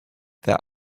their